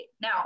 Now